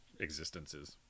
existences